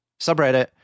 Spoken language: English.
subreddit